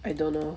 I don't know